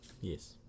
Yes